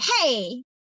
hey